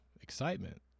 excitement